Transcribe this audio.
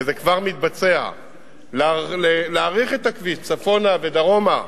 וזה כבר מתבצע, להאריך את הכביש צפונה ודרומה,